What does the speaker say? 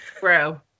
bro